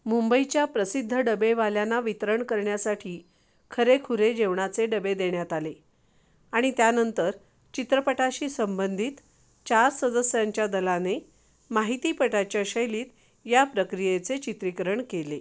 मुंबईच्या प्रसिद्ध डबेवाल्यांना वितरण करण्यासाठी खरेखुरे जेवणाचे डबे देण्यात आले आणि त्यानंतर चित्रपटाशी संबंधित चार सदस्यांच्या दलाने माहितीपटाच्या शैलीत या प्रक्रियेचे चित्रीकरण केले